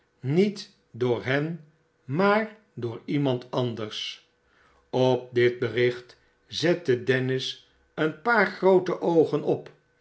niet door hen maar door iemand anders op dit bericht zette dennis een paar groote oogen op